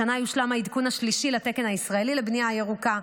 השנה יושלם העדכון השלישי לתקן הישראלי לבנייה הירוקה.